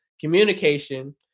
Communication